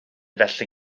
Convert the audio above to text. felly